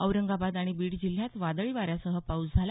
औरंगाबाद आणि बीड जिल्ह्यात वादळी वाऱ्यासह पाऊस झाला